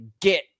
get